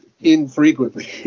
infrequently